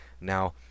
Now